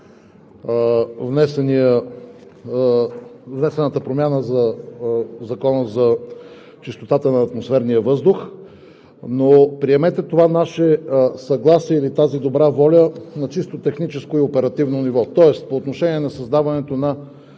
внесената промяна в Закона за чистота на атмосферния въздух, но приемете това наше съгласие или тази добра воля на чисто техническо и оперативно ниво. Тоест имате нашата